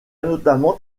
notamment